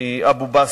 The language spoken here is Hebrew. היא אבו-בסמה.